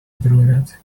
brunette